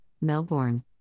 Melbourne